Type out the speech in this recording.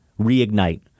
reignite